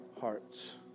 hearts